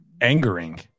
angering